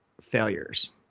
failures